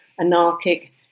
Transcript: anarchic